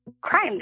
crime